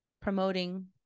Promoting